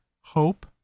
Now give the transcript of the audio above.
hope